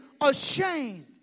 ashamed